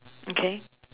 okay